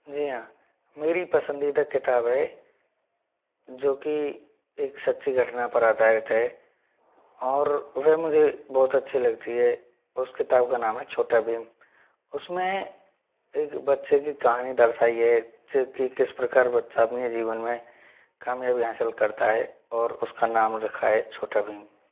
जी हाँ मेरी पसंदीदा किताब है जोकि एक सच्ची घटना पर आधारित है और वे मुझे बहुत अच्छी लगती है उस किताब का नाम है छोटा भीम उसमें एक बच्चे की कहानी दर्शायी है कि किस प्रकार बच्चा अपने जीवन में कामयाबी हासिल करता है और उसका नाम रखा है छोटा भीम